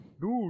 Dude